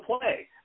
play